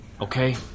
okay